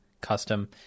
custom